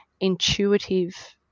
intuitive